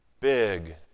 big